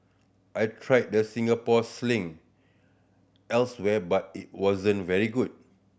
I tried the Singapore Sling elsewhere but it wasn't very good